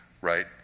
right